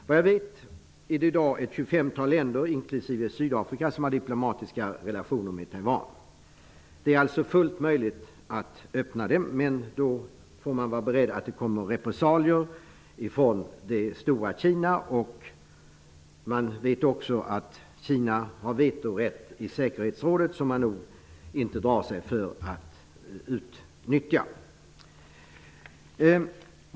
Vad jag vet är det i dag ett tjugofemtal länder, inklusive Sydafrika, som har diplomatiska relationer med Taiwan. Det är alltså fullt möjligt att öppna sådana, men då får man vara beredd på repressalier från det stora Kina. Vi vet också att Kina har vetorätt i säkerhetsrådet. De drar sig nog inte för att utnyttja detta.